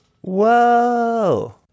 Whoa